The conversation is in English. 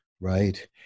right